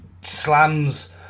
slams